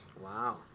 Wow